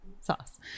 sauce